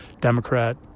Democrat